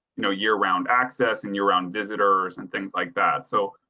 know, year round access and you around visitors and things like that. so.